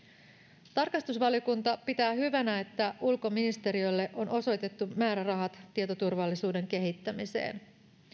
tietoturvan parantamiseksi tarkastusvaliokunta pitää hyvänä että ulkoministeriölle on osoitettu määrärahat tietoturvallisuuden kehittämiseen